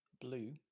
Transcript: blue